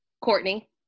Courtney